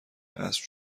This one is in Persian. اسب